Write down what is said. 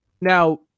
Now